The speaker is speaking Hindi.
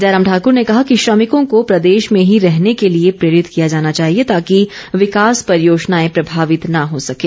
जयराम ठाकूर ने कहा कि श्रमिकों को प्रदेश में ही रहने के लिए प्रेरित किया जाना चाहिए ताकि विकास परियोजनाएं प्रभावित न हो सकें